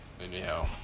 Anyhow